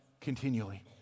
continually